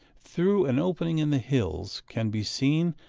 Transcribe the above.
through an opening in the hills, can be seen,